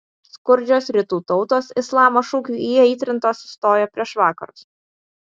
skurdžios rytų tautos islamo šūkių įaitrintos stojo prieš vakarus